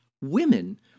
women